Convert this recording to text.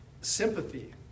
sympathy